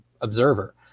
observer